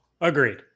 Agreed